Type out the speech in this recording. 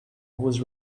was